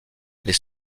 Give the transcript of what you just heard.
les